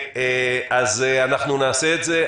אז אנחנו נעשה את זה.